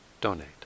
donate